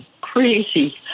crazy